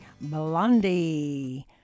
Blondie